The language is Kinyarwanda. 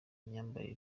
myambarire